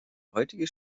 heutige